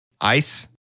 ice